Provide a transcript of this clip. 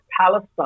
Palestine